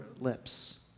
lips